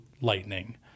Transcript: Lightning